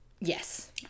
yes